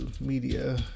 media